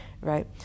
right